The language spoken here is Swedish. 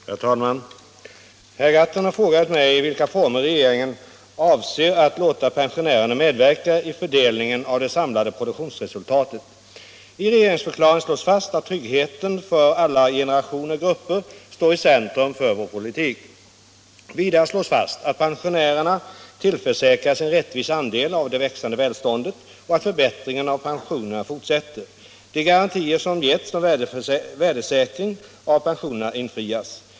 Herr talman! Herr Gahrton har frågat mig i vilka former regeringen avser att låta pensionärerna medverka i fördelningen av det samlade produktionsresultatet. I regeringsförklaringen slås fast att tryggheten för alla generationer och grupper står i centrum för vår politik. Vidare slås fast att pensionärerna tillförsäkras en rättvis andel av det växande välståndet och att förbättringen av pensionerna fortsätter. De garantier som getts om värdesäkring av pensionerna infrias.